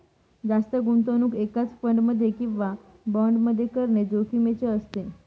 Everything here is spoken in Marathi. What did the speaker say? जास्त गुंतवणूक एकाच फंड मध्ये किंवा बॉण्ड मध्ये करणे जोखिमीचे असते